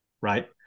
right